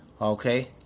Okay